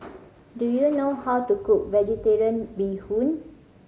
do you know how to cook Vegetarian Bee Hoon